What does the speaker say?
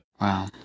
Wow